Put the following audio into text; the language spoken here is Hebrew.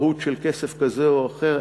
מהות של כסף כזה או אחר.